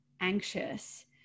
anxious